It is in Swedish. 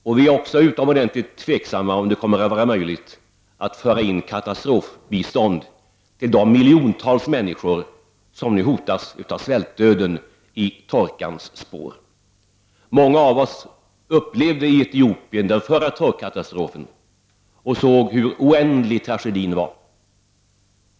Och vi tvivlar också i hög grad på att det kommer att vara möjligt att föra in katastrofbistånd till de miljontals människor som nu hotas av svältdöden i torkans spår. Många av oss upplevde i Etiopien den förra torrkatastrofen och såg hur oändlig tragedin var.